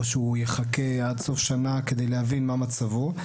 או שהוא יחכה עד סוף שנה כדי להבין מה מצבו,